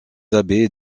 abbés